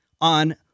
on